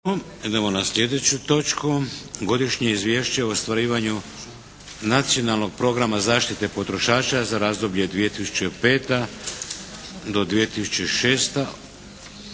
da se prihvati Godišnje izvješće o ostvarivanju Nacionalnog programa zaštite potrošača za razdoblje 2005./2006.